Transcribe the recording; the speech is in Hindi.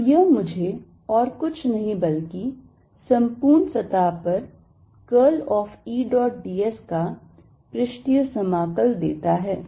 तो यह मुझे और कुछ नहीं बल्कि संपूर्ण सतह पर curl of E dot d s का पृष्ठीय समाकल देता है